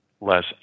less